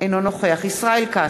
אינו נוכח ישראל כץ,